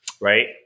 Right